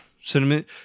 cinnamon